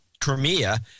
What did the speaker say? Crimea